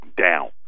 down